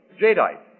Jadeite